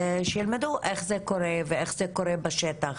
שילמדו איך זה קורה ואיך זה קורה בשטח.